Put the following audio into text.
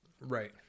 right